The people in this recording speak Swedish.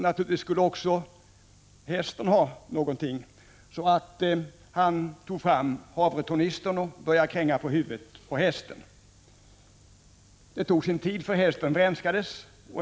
Naturligtvis skulle också hästen ha något att äta, så kusken tog fram havretornistern och började kränga den på huvudet på hästen. Det tog sin tid, för hästen vrenskades.